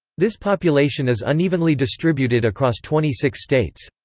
this population is unevenly distributed across twenty-six states.